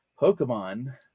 Pokemon